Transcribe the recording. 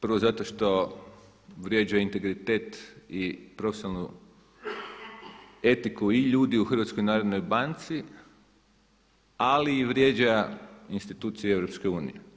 Prvo zato što vrijeđa integritet i profesionalnu etiku i ljudi u HNB-u ali i vrijeđa institucije EU.